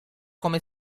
come